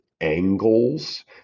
angles